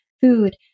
food